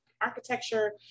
architecture